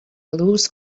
loose